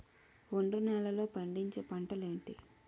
ఒండ్రు నేలలో పండించే పంటలు ఏంటి?